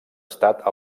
estat